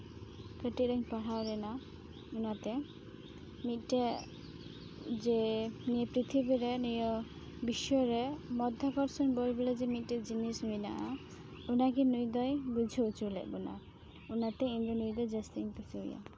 ᱠᱟᱹᱴᱤᱡ ᱨᱤᱧ ᱯᱟᱲᱦᱟᱣ ᱞᱮᱱᱟ ᱚᱱᱟᱛᱮ ᱢᱤᱫᱴᱮᱡ ᱡᱮ ᱱᱤᱭᱟᱹ ᱯᱨᱤᱛᱷᱤᱵᱤ ᱨᱮ ᱱᱤᱭᱟᱹ ᱵᱤᱥᱥᱚ ᱨᱮ ᱢᱟᱫᱽᱫᱷᱟᱠᱚᱨᱥᱚᱱ ᱵᱚᱞ ᱵᱚᱞᱮ ᱡᱮ ᱢᱤᱫᱴᱮᱡ ᱡᱤᱱᱤᱥ ᱢᱮᱱᱟᱜᱼᱟ ᱚᱱᱟᱜᱮ ᱱᱩᱭ ᱫᱚᱭ ᱵᱩᱡᱷᱟᱹᱣ ᱚᱪᱚ ᱞᱮᱫ ᱵᱚᱱᱟ ᱚᱱᱟᱛᱮ ᱱᱩᱭ ᱫᱚ ᱤᱧ ᱫᱚ ᱡᱟᱥᱛᱤᱧ ᱠᱩᱥᱤᱣᱟᱭᱟ